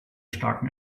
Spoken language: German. starken